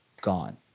gone